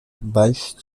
vice